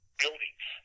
buildings